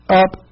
up